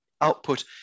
output